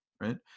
right